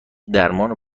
درمان